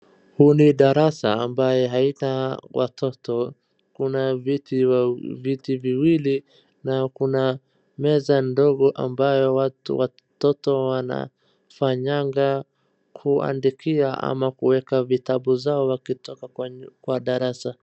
Darasa ambaye haina watoto kuna viti viwili na kuna mza ndogo ambayo watoto wanafanyanga kuandikia ama wakiweka vitabu zao wakitoka kwa darasa.